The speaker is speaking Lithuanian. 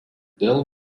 dėl